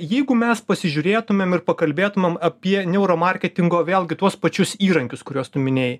jeigu mes pasižiūrėtumėm ir pakalbėtumėm apie neuromarketingo vėlgi tuos pačius įrankius kuriuos tu minėjai